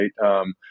Right